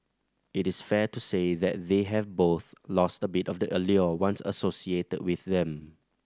it is fair to say that they have both lost a bit of the allure once associated with them